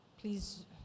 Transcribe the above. Please